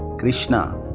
krishna